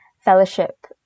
fellowship